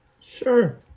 Sure